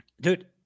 Dude